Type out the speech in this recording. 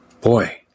boy